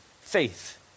faith